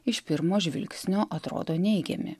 iš pirmo žvilgsnio atrodo neigiami